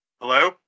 Hello